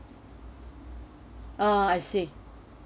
ah i see